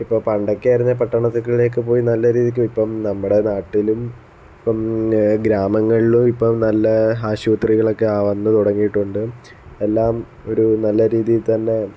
ഇപ്പോൾ പണ്ടൊക്കെ ആയിരുന്നെങ്കിൽ പട്ടണത്തിലേക്ക് പോയി നല്ല രീതിക്ക് ഇപ്പം നമ്മുടെ നാട്ടിലും ഇപ്പം ഗ്രാമങ്ങളിലും ഇപ്പോൾ നല്ല ആശുപത്രികള് ഒക്കെ വന്നു തുടങ്ങിയിട്ടുണ്ട് എല്ലാം ഒരു നല്ല രീതി തന്നെ